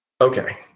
Okay